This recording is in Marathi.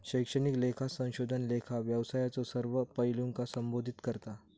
शैक्षणिक लेखा संशोधन लेखा व्यवसायाच्यो सर्व पैलूंका संबोधित करता